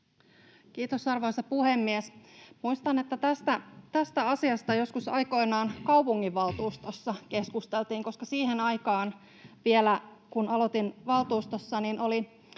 Kiitos, arvoisa puhemies! Muistan, että tästä asiasta joskus aikoinaan kaupunginvaltuustossa keskusteltiin, koska vielä siihen aikaan, kun aloitin valtuustossa, kaupungit